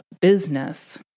business